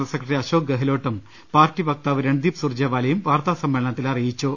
ഉസ്ക്രട്ടറി അശോക് ഗഹലോട്ടും പാർട്ടി വക്താവ് രൺദീപ് സുർജേവാലയും വാർത്താ സമ്മേളനത്തിൽ അറിയിച്ചു